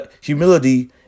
humility